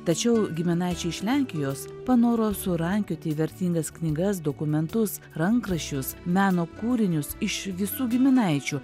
tačiau giminaičiai iš lenkijos panoro surankioti vertingas knygas dokumentus rankraščius meno kūrinius iš visų giminaičių